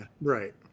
right